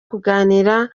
kuganira